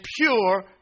pure